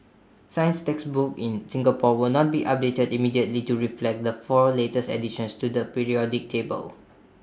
science textbooks in Singapore will not be updated immediately to reflect the four latest additions to the periodic table